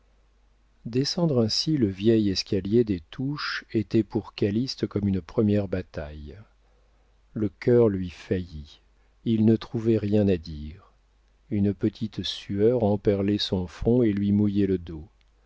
descendre ainsi le vieil escalier des touches était pour calyste comme une première bataille le cœur lui faillit il ne trouvait rien à dire une petite sueur emperlait son front et lui mouillait le dos